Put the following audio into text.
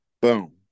Boom